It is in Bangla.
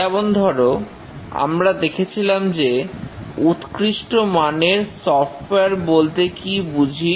যেমন ধরো আমরা দেখেছিলাম যে উৎকৃষ্ট মানের সফটওয়্যার বলতে কি বুঝি